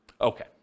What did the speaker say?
Okay